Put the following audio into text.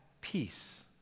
peace